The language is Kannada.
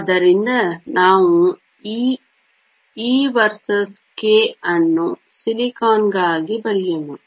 ಆದ್ದರಿಂದ ನಾವು ಈ e ವರ್ಸಸ್ k ಅನ್ನು ಸಿಲಿಕಾನ್ ಗಾಗಿ ಬರೆಯೋಣ